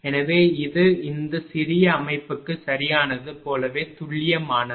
எனவே இது இந்த சிறிய அமைப்புக்கு சரியானது போலவே துல்லியமானது